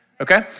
Okay